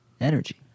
energy